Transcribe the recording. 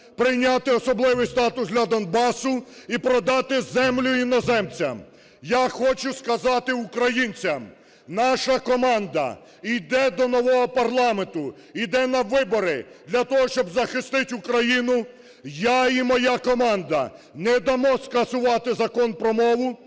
прийняти особливий статус для Донбасу і продати землю іноземцям. Я хочу сказати українцям: наша команда іде до нового парламенту, іде на вибори для того, щоб захистити Україну. Я і моя команда не дамо скасувати Закон про мову,